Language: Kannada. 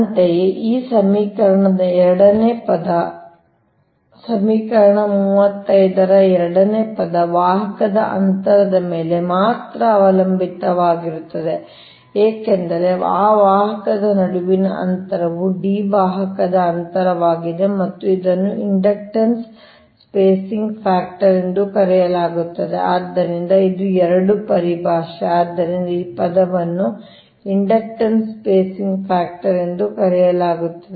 ಅಂತೆಯೇ ಈ ಸಮೀಕರಣದ ಎರಡನೇ ಪದದ ಸಮೀಕರಣ 35 ಸಮೀಕರಣ 35 ರ ಎರಡನೇ ಪದ ವಾಹಕದ ಅಂತರದ ಮೇಲೆ ಮಾತ್ರ ಅವಲಂಬಿತವಾಗಿರುತ್ತದೆ ಏಕೆಂದರೆ ಆ ವಾಹಕದ ನಡುವಿನ ಅಂತರವು D ವಾಹಕದ ಅಂತರವಾಗಿದೆ ಮತ್ತು ಇದನ್ನು ಇಂಡಕ್ಟನ್ಸ್ ಸ್ಪೇಸಿಂಗ್ ಫ್ಯಾಕ್ಟರ್ ಎಂದು ಕರೆಯಲಾಗುತ್ತದೆ ಆದ್ದರಿಂದ ಇದು 2 ಪರಿಭಾಷೆ ಆದ್ದರಿಂದ ಈ ಪದವನ್ನು ಇಂಡಕ್ಟನ್ಸ್ ಸ್ಪೇಸಿಂಗ್ ಫ್ಯಾಕ್ಟರ್ ಎಂದು ಕರೆಯಲಾಗುತ್ತದೆ